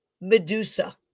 Medusa